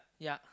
yeah